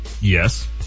Yes